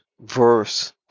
Verse